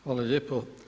Hvala lijepo.